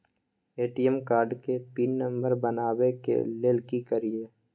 ATM card के PIN number बनाबै के लेल की करिए?